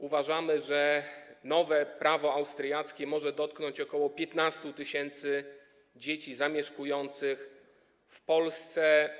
Uważamy, że nowe prawo austriackie może dotknąć ok. 15 tys. dzieci zamieszkujących w Polsce.